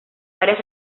varias